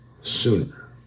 sooner